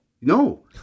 No